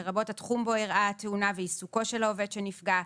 לרבות התחום בו ארעה התאונה ועיסוקו של העובד שנפגע,